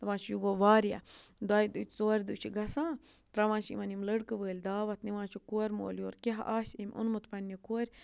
دَپان چھِ یہِ گوٚو واریاہ دۄیہِ دۄہہِ ژورِ دۄہہِ چھِ گژھان ترٛاوان چھِ یِمَن یِم لٔڑکہٕ وٲلۍ دعوت نِوان چھِ کورِ مول یور کیٛاہ آسہِ أمۍ اوٚنمُت پنٛنہِ کورِ